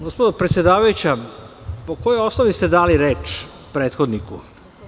Gospođo predsedavajuća, po kojoj osnovi ste dali reč prethodniku?